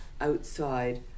outside